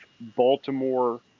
Baltimore